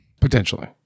Potentially